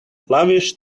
lavish